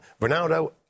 Ronaldo